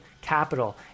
capital